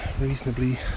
reasonably